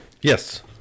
Yes